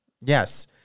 Yes